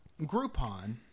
Groupon